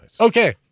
Okay